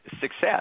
success